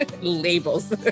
Labels